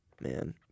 Man